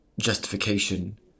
justification